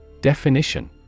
Definition